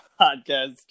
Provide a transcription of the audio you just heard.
podcast